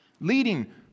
leading